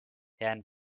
herrn